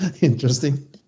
Interesting